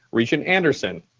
regent anderson?